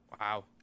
wow